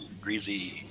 Greasy